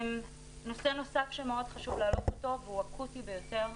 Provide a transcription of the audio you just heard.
נושא נוסף שמאוד חשוב להעלות אותו והוא אקוטי ביותר,